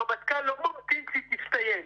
הרמטכ"ל לא ממתין שהיא תסתיים.